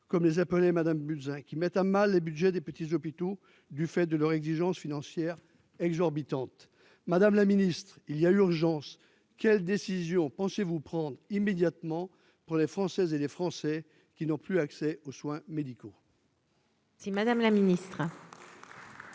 comme les appeler Madame Buzyn qui mettent à mal les Budgets des petits hôpitaux, du fait de leur exigences financières exorbitantes, madame la ministre, il y a urgence, quelle décision, penchez-vous prendre immédiatement pour les Françaises et les Français qui n'ont plus accès aux soins médicaux. Si Madame la Ministre. Madame